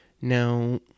Now